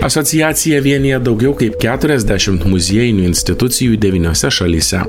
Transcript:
asociacija vienija daugiau kaip keturiasdešim muziejinių institucijų devyniose šalyse